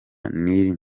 n’iri